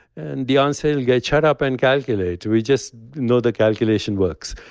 and the answer you'll get shut up and calculate. we just know the calculation works.